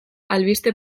albiste